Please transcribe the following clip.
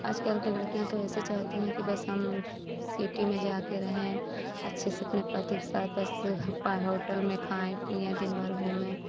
आज कल के लडकियाँ तो ऐसे चाहते हैं कि बस हम सिटी में जाकर रहें अच्छे से अपने पति के साथ बस बाहर होटल में खाएँ पीएँ दिन भर घूमें